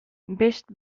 bist